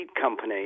company